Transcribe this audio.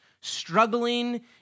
struggling